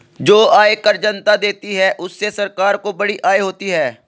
जो आयकर जनता देती है उससे सरकार को बड़ी आय होती है